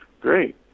Great